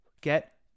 get